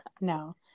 no